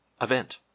event